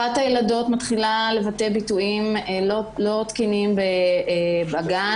אחת הילדות מתחילה לבטא ביטויים לא תקינים בגן